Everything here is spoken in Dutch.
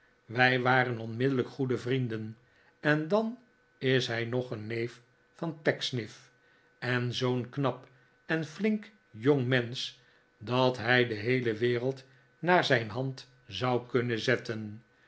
wij waren onmiddellijk goede vrienden en dan is hij nog een neef van pecksniff en zoo'n knap en flink jongmensch dat hij de heele wereld naar zijn hand zou kunnen zetten